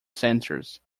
centres